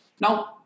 Now